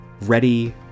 ready